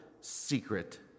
secret